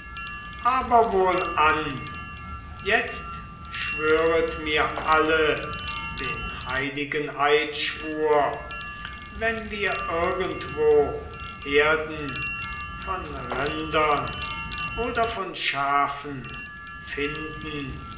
aber wohlan jetzt schwöret mir alle den heiligen eidschwur wenn wir irgendwo herden von rindern oder von schafen finden